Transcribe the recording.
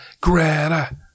Greta